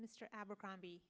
mr abercrombie